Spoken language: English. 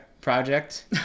project